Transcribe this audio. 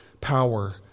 power